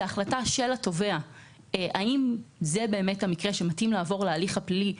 החלטה של התובע האם זה באמת המקרה שמתאים לעבור בו להליך הפלילי,